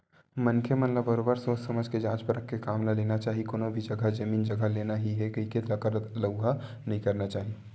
मनखे मन ल बरोबर सोझ समझ के जाँच परख के काम ल लेना चाही कोनो भी जघा जमीन जघा लेना ही हे कहिके लकर लउहा नइ करना चाही